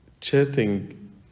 Chatting